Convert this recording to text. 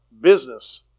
business